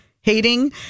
hating